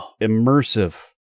immersive